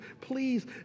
Please